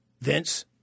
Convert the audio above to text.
Vince